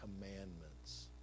commandments